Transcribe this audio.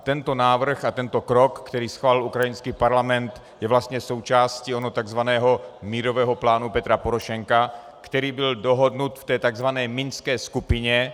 Tento návrh, tento krok, který schválil ukrajinský parlament, je vlastně součástí onoho tzv. mírového plánu Petra Porošenka, který byl dohodnut v té tzv. Minské skupině.